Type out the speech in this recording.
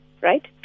right